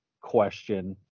question